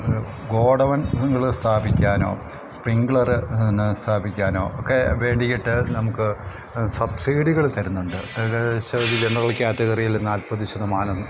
ഗോഡൌൺങ്ങൾ സ്ഥാപിക്കാനോ സ്പ്രിങ്ക്ളറ് സ്ഥാപിക്കാനോ ഒക്കെ വേണ്ടിയിട്ട് നമുക്ക് സബ്സിഡികൾ തരുന്നുണ്ട് ഏകദേശം ഒരു ജെനറൽ കാറ്റഗറിയിൽ നാൽപത് ശതമാനം